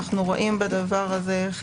אנו רואים בדבר הזה דבר